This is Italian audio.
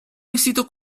vestito